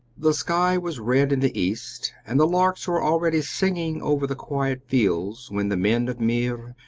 the sky was red in the east and the larks were already singing over the quiet fields when the men of meer,